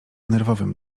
nerwowym